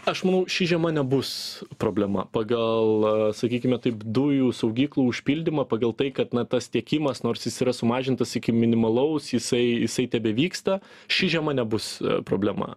aš manau ši žiema nebus problema pagal sakykime taip dujų saugyklų užpildymą pagal tai kad na tas tiekimas nors jis yra sumažintas iki minimalaus jisai jisai tebevyksta ši žiema nebus problema